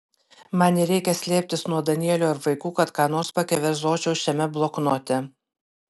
man nereikia slėptis nuo danielio ir vaikų kad ką nors pakeverzočiau šiame bloknote